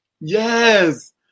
Yes